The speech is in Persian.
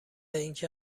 اینکه